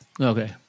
Okay